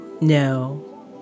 no